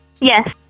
Yes